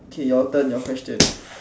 okay your turn your question